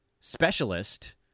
specialist